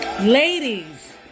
ladies